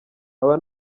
aba